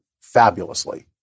fabulously